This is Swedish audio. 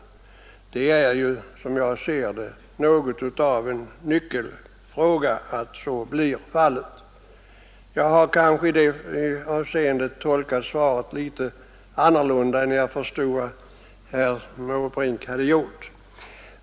Det är, som jag ser det, något av en nyckelfråga att så blir fallet. Jag har kanske i det avseendet tolkat svaret litet annorlunda än jag förstod att herr Måbrink hade gjort.